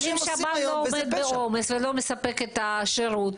אבל אם שב"ן לא עומד בעומס ולא מספק את השירות?